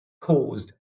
caused